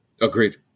Agreed